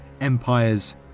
empires